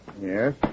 Yes